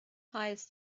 hires